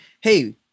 Hey